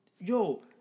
yo